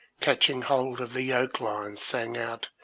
catching hold of the yoke-lines, sang out,